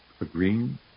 agreeing